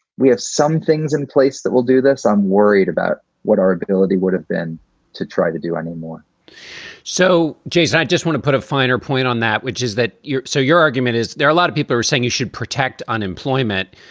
we have some things in place that will do this. i'm worried about what our ability would have been to try to do anymore so, jason, i just want to put a finer point on that, which is that. so your argument is there are a lot of people were saying you should protect unemployment.